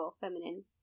feminine